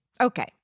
okay